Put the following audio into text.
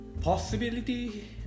Possibility